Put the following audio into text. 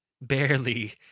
barely